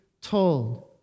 told